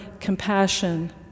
compassion